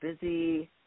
busy